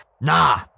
nah